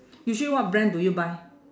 usually what brand do you buy